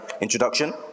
introduction